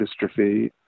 dystrophy